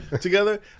together